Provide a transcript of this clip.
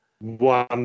One